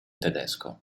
tedesco